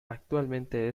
actualmente